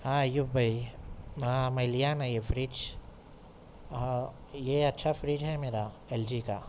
ہاں ایوب بھائی ہاں میں لیا نا یہ فرج ہاں یہ اچھا فرج ہے میرا ایل جی کا